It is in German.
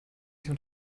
sich